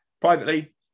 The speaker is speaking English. privately